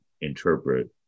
interpret